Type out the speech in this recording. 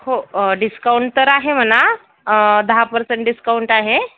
हो डिस्काउंट तर आहे म्हणा दहा पर्सेंट डिस्काउंट आहे